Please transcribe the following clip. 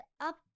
up